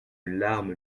larme